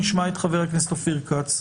נשמע את חה"כ אופיר כץ.